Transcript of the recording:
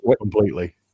completely